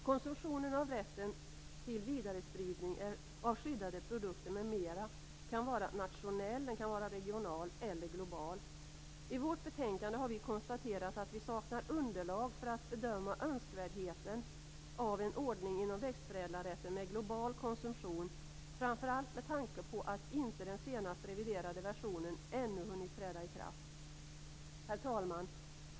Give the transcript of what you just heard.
Konsumtionen av rätten till vidarespridning av skyddade produkter m.m. kan vara nationell, regional eller global. I vårt betänkande har vi konstaterat att vi saknar underlag för att bedöma önskvärdheten av en ordning inom växtförädlarrätten med global konsumtion framför allt med tanke på att den senast reviderade versionen ännu inte hunnit träda i kraft. Herr talman!